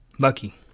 Lucky